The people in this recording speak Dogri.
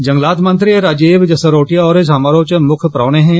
जंगलात मंत्री राजीव जसरोटिया होर समारोह च मुक्ख परौहने हे